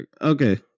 Okay